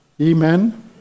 Amen